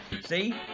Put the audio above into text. See